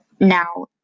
Now